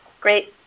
Great